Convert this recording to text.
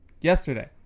yesterday